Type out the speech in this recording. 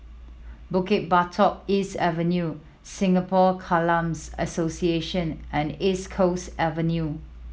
Bukit Batok East Avenue Singapore Association and East Coast Avenue